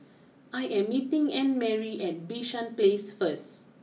I am meeting Annmarie at Bishan place first